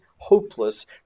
hopeless